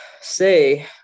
say